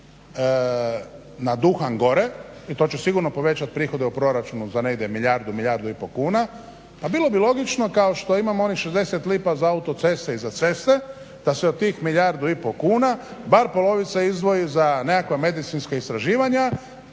na duhan gore i to će sigurno povećati prihod u proračunu za negdje milijardu, milijardu i pol kuna. Pa bilo bi logično kao što imamo onih 60 lipa za autoceste i ceste da se od tih milijardu i pol kuna bar polovica izdvoji za nekakva medicinska istraživanja,